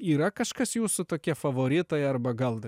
yra kažkas jūsų tokie favoritai arba gal dar